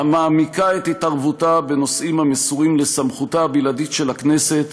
המעמיקה את התערבותה בנושאים המסורים לסמכותה הבלעדית של הכנסת,